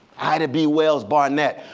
ida b. wells-barnett,